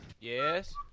Yes